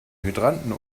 hydranten